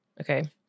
Okay